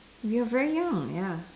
we're very young ya